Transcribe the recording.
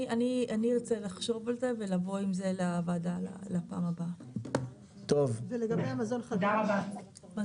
אני ארצה לחשוב על זה ולבוא עם זה לוועדה לפעם הבאה ולגבי המזון חדש,